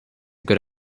good